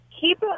Keep